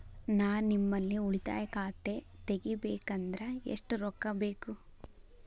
ನಾ ನಿಮ್ಮಲ್ಲಿ ಉಳಿತಾಯ ಖಾತೆ ತೆಗಿಬೇಕಂದ್ರ ಎಷ್ಟು ರೊಕ್ಕ ಬೇಕು?